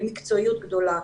במקצועיות גדולה.